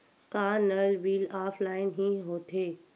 का नल bill offline हि होथे?